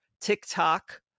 TikTok